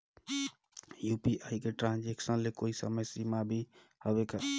UPI के transaction ले कोई समय सीमा भी हवे का?